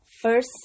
first